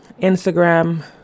Instagram